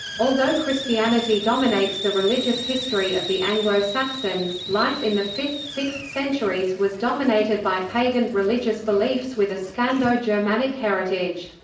although christianity dominates the religious history of the anglo-saxons, life in the fifth sixth centuries was dominated by pagan religious beliefs with a scando-germanic heritage.